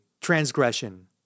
transgression